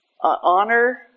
honor